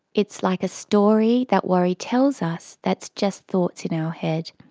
it's like a story that worry tells us that's just thoughts in our head,